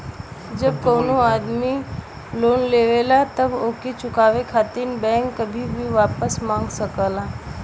जब कउनो आदमी लोन लेवला तब ओके चुकाये खातिर बैंक कभी भी वापस मांग सकला